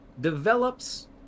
develops